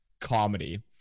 comedy